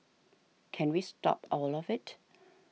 can we stop all of it